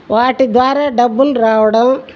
వాటి ద్వారా డబ్బులు రావడం